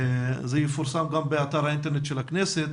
זה יפורסם גם באתר האינטרנט של הכנסת,